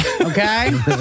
Okay